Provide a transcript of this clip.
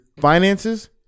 finances